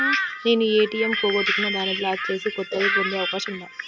నేను ఏ.టి.ఎం పోగొట్టుకున్నాను దాన్ని బ్లాక్ చేసి కొత్తది పొందే అవకాశం ఉందా?